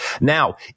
Now